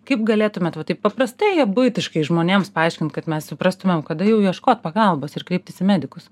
kaip galėtumėt va taip paprastai buitiškai žmonėms paaiškint kad mes suprastumėm kada jau ieškot pagalbos ir kreiptis į medikus